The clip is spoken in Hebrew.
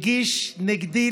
הוא הגיש נגדי,